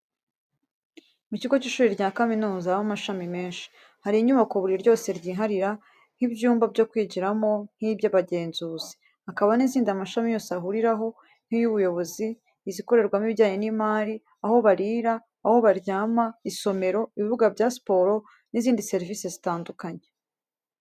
Mu kigo cy'ishuri rya kaminuza, habamo amashami menshi, hari inyubako buri ryose ryiharira, nk'ibyumba byo kwigiramo n'iby'abagenzuzi. Hakaba n'izindi amashami yose ahuriraho: nkiz'ubuyobozi, izikorerwamo ibijyanye n'imari, aho barira, aho baryama, isomero, ibibuga bya siporo n'izindi serivisi zitandukanye.